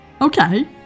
Okay